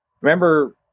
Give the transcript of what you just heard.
remember